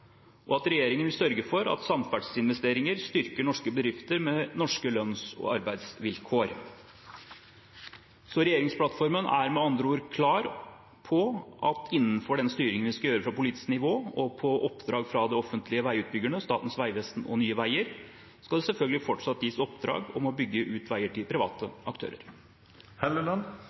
og at regjeringen vil sørge for at samferdselsinvesteringer styrker norske bedrifter med norske lønns- og arbeidsvilkår. Regjeringsplattformen er med andre ord klar på at det – innenfor den styringen vi skal gjøre fra politisk nivå, og på oppdrag fra de offentlige veiutbyggerne, Statens vegvesen og Nye Veier – selvfølgelig fortsatt skal gis oppdrag til private aktører om å bygge